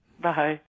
Bye